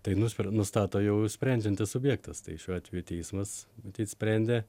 tai nuspren nustato jau sprendžiantis subjektas tai šiuo atveju teismas matyt sprendė